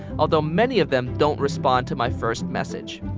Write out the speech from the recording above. although many of them don't respond to my first message.